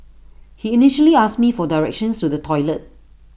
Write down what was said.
he initially asked me for directions to the toilet